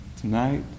tonight